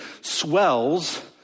swells